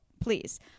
please